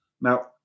Now